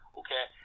okay